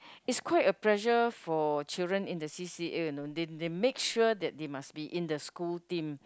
it's quite a pressure for children in the C_C_A you know they they make sure that they must be in the school team